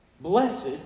Blessed